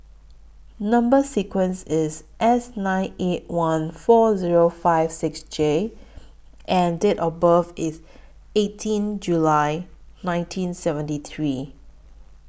Number sequence IS S nine eight one four Zero five six J and Date of birth IS eighteen July nineteen seventy three